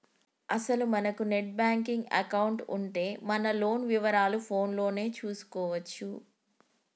అసలు మనకు net banking account ఉంటే మన లోన్ వివరాలు ఫోన్ లోనే చూసుకోవచ్చు